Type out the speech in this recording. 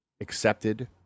accepted